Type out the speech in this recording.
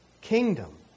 kingdom